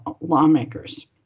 lawmakers